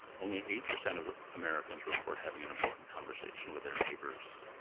only eight percent of americans report having an important conversation with their neighbors.